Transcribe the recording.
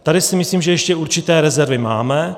Tady si myslím, že ještě určité rezervy máme.